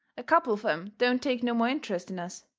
a couple of em don't take no more interest in us,